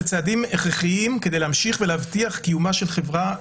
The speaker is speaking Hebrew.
אלה צעדים הכרחיים כדי להמשיך ולהבטיח קיומה של חברה בריאה,